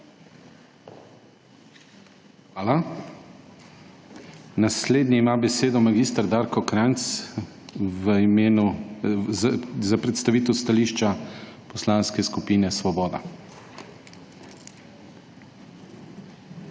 Hvala. Naslednji ima besedo mag. Darko Krajnc v imenu, za predstavitev stališča Poslanske skupine Svoboda.